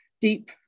Deep